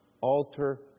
alter